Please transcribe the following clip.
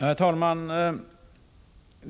Herr talman!